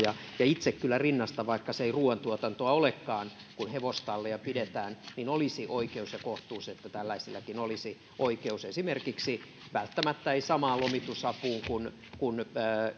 itse kyllä rinnastan niin vaikka se ei ruuantuotantoa olekaan kun hevostallia pidetään että olisi oikeus ja kohtuus että tällaisillakin olisi oikeus välttämättä ei samaan lomitusapuun kuin